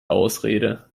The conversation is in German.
ausrede